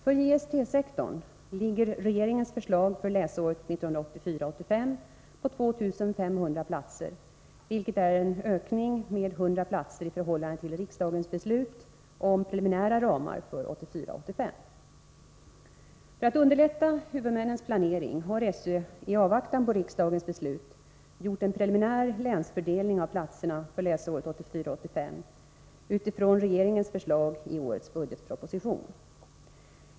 För JST-sektorn ligger regeringens förslag för läsåret 1984 85. För att underlätta huvudmännens planering har SÖ i avvaktan på riksdagens beslut gjort en preliminär länsfördelning av platserna för läsåret 1984/85 utifrån regeringens förslag i årets budgetproposition.